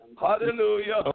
Hallelujah